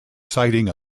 citing